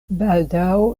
baldaŭ